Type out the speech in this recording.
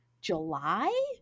july